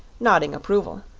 nodding approval.